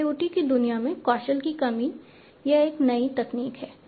IIoT की दुनिया में कौशल की कमी यह एक नई तकनीक है